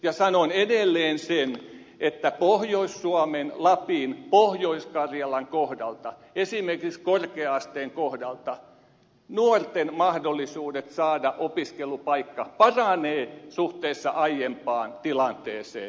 ja sanon edelleen sen että pohjois suomen lapin pohjois karjalan kohdalta esimerkiksi korkea asteen kohdalta nuorten mahdollisuudet saada opiskelupaikka paranevat suhteessa aiempaan tilanteeseen